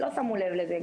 לא שמו לב לזה,